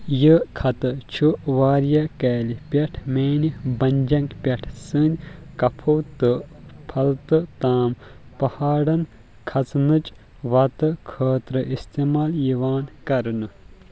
یہِ خطہٕ چھ واریاہ کیلہِ پٮ۪ٹھ میانہِ بھنجنگ پٮ۪ٹھ سندکفو تہٕ پھلتہٕ تام پَہاڑَن کَھسنٕچ وَتہٕ خٲطرٕ استعمال یِوان کرنہٕ